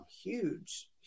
huge